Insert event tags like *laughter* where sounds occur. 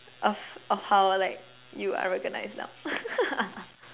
of of how like you are recognised now *laughs*